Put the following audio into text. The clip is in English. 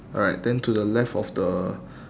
alright then to the left of the